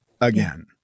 Again